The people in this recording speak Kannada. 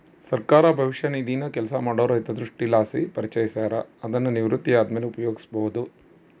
ಸರ್ಕಾರ ಭವಿಷ್ಯ ನಿಧಿನ ಕೆಲಸ ಮಾಡೋರ ಹಿತದೃಷ್ಟಿಲಾಸಿ ಪರಿಚಯಿಸ್ಯಾರ, ಅದುನ್ನು ನಿವೃತ್ತಿ ಆದ್ಮೇಲೆ ಉಪಯೋಗ್ಸ್ಯಬೋದು